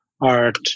art